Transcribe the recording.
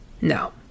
no